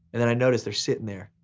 and then i notice they're sittin' there,